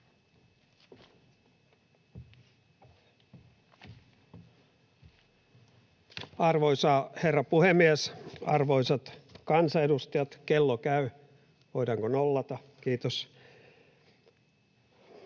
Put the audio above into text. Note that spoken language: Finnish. Arvoisa herra puhemies! Arvoisat kansanedustajat! Kello käy, voidaanko nollata? — Kiitos.